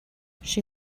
she